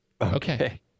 Okay